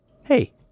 hey